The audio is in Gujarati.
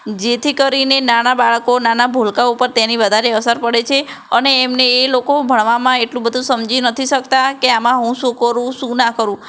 જેથી કરીને નાનાં બાળકો નાનાં ભુલકાઓ ઉપર તેની વધારે અસર પડે છે અને એમને એ લોકો ભણવામાં એટલું બધું સમજી નથી શકતા કે આમાં હું શું કરું શું ના કરું